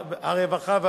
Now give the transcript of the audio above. הרווחה והבריאות,